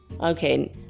Okay